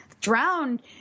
Drowned